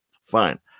fine